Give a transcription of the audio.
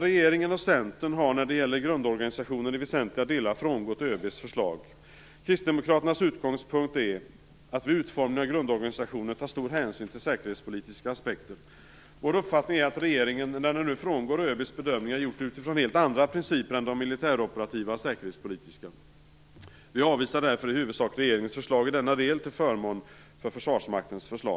Regeringen och Centern har när det gäller grundorganisationen i väsentliga delar frångått ÖB:s förslag. Kristdemokraternas utgångspunkt är att vid utformningen av grundorganisationen ta stor hänsyn till säkerhetspolitiska aspekter. Vår uppfattning är att regeringen, som nu har frångått ÖB:s bedömningar, har gjort det utifrån helt andra principer än de militäroperativa och säkerhetspolitiska. Vi avvisar därför i huvudsak regeringen förslag i denna del till förmån för Försvarsmaktens förslag.